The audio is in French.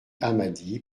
hammadi